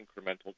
incremental